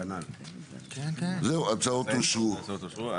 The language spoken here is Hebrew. הצבעה אושר ההצעות אושרו.